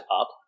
up